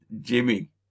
Jimmy